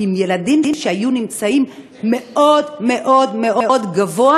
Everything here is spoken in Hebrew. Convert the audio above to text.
עם ילדים שהיו במקום מאוד מאוד מאוד גבוה,